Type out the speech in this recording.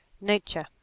Nature